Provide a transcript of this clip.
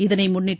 இதனை முன்னிட்டு